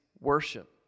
worship